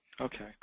Okay